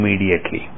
immediately